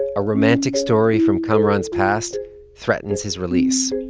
a romantic story from kamaran's past threatens his release.